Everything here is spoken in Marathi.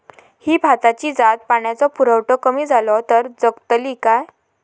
ही भाताची जात पाण्याचो पुरवठो कमी जलो तर जगतली काय?